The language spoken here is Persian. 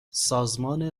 سازمان